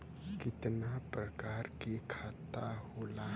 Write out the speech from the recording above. कितना प्रकार के खाता होला?